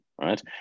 right